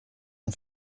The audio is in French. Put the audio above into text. ton